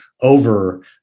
over